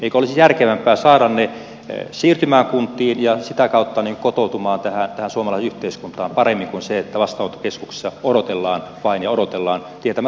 eikö olisi järkevämpää saada heidät siirtymään kuntiin ja sitä kautta kotoutumaan tähän suomalaiseen yhteiskuntaan paremmin eikä vain jättää odottelemaan ja odottelemaan vastaanottokeskuksissa tietämättä tulevaisuutta